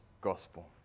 gospel